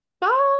Bye